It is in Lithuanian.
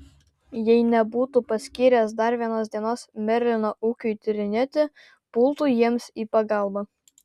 jei nebūtų paskyręs dar vienos dienos merlino ūkiui tyrinėti pultų jiems į pagalbą